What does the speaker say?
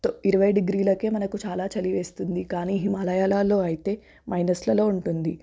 ఇరవై డిగ్రీలకే మనకు చాలా చలి వేస్తుంది కాని హిమాలయాలలో అయితే మైనస్లలో ఉంటుంది